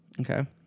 Okay